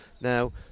Now